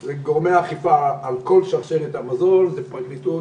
הם גורמי אכיפה על כל שרשרת המזון: הפרקליטות,